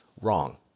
Wrong